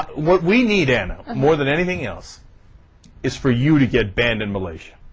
what we need an more than anything else is for you to get banned in malaysia